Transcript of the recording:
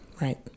Right